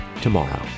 tomorrow